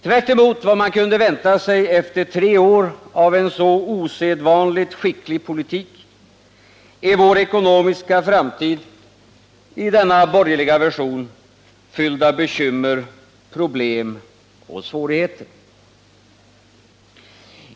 Tvärtemot vad man kunde vänta sig efter tre år av en så osedvanligt skicklig politik, är vår ekonomiska framtid i den borgerliga versionen fylld av bekymmer, problem och svårigheter.